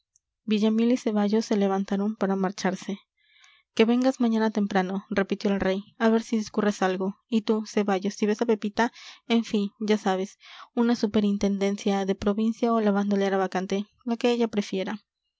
villamil y ceballos se levantaron para marcharse que vengas mañana temprano repitió el rey a ver si discurres algo y tú ceballos si ves a pepita en fin ya sabes una superintendencia de provincia o la bandolera vacante lo que ella prefiera